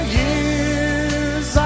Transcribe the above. years